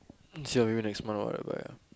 see of you next month what I buy ah